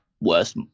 worst